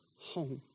home